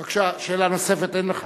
בבקשה, שאלה נוספת אין לך.